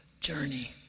journey